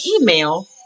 email